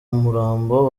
murambo